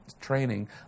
training